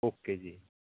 okay ਜੀ